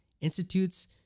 institutes